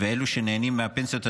ואלו שנהנים מהפנסיות התקציביות,